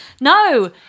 No